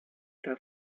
der